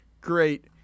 Great